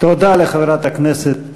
תודה לחברת הכנסת